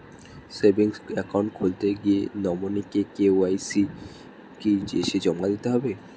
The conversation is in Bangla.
সেভিংস একাউন্ট খুলতে গিয়ে নমিনি কে.ওয়াই.সি কি এসে জমা দিতে হবে?